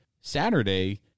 Saturday